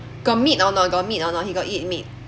got meat or not got meat or not he got eat meat